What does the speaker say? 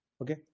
okay